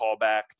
callback